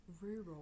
rural